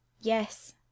Yes